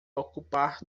ocupar